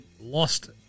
lost